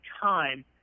time